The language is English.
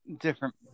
different